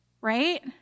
Right